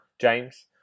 james